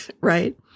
right